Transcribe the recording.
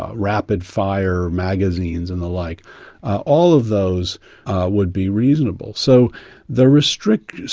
ah rapid-fire magazines, and the like all of those would be reasonable. so the restriction,